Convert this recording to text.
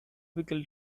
pickle